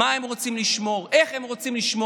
מה הם רוצים לשמור, איך הם רוצים לשמור.